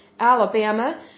Alabama